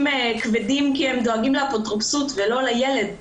כבדים כי הם דואגים לאפוטרופסות ולא לילד.